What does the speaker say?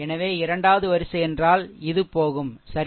எனவே இரண்டாவது வரிசை என்றால் இது போகும் சரி